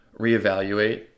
reevaluate